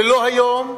ולא היום,